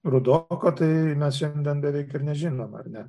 rudoko tai mes šiandien beveik ir nežinom ar ne